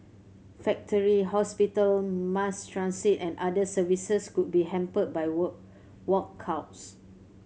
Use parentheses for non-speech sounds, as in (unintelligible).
factory hospital mass transit and other services could be hampered by (unintelligible) walkouts